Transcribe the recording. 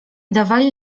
dawali